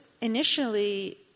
initially